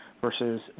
versus